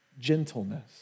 gentleness